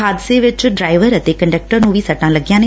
ਹਾਦਸੇ ਚ ਡਰਾਇਵਰ ਅਤੇ ਕੰਡਕਟਰ ਨੂੰ ਵੀ ਸੱਟਾ ਲੱਗੀਆਂ ਨੇ